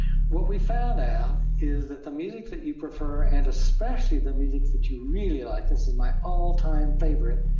what we found out is that the music that you prefer and especially the music that you really like, this is my all-time favourite,